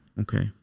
Okay